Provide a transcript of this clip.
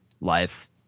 life